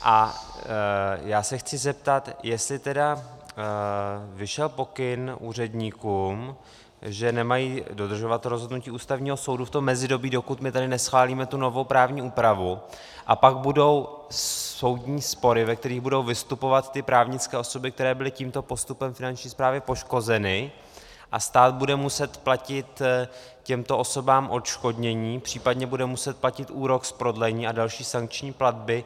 A chci se zeptat, jestli tedy vyšel pokyn úředníkům, že nemají dodržovat rozhodnutí Ústavního soudu v tom mezidobí, dokud my tady neschválíme tu novou právní úpravu, a pak budou soudní spory, ve kterých budou vystupovat ty právnické osoby, které byly tímto postupem Finanční správy poškozeny, a stát bude muset platit těmto osobám odškodnění, případně bude muset platit úrok z prodlení a další sankční platby.